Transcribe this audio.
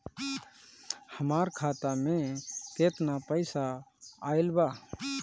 हमार खाता मे केतना पईसा आइल बा?